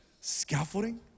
scaffolding